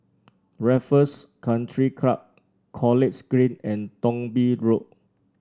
Raffles Country Club College Green and Thong Bee Road